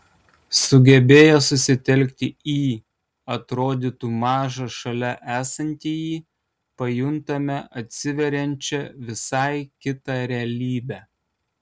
sugebėję susitelkti į atrodytų mažą šalia esantįjį pajuntame atsiveriančią visai kitą realybę